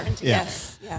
Yes